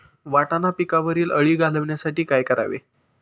वाटाणा पिकावरील अळी घालवण्यासाठी काय करावे?